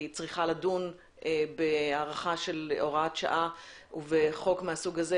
צריכה לדון בהארכה של הוראת שעה ובחוק מהסוג הזה